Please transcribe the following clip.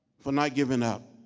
for not giving up